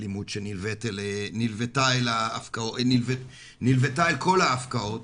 אלימות שנלוותה אל כל ההפקעות,